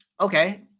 okay